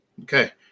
Okay